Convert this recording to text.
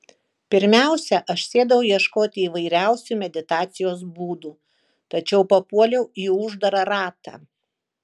pirmiausia aš sėdau ieškoti įvairiausių meditacijos būdų tačiau papuoliau į uždarą ratą